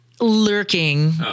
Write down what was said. lurking